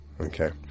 okay